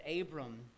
Abram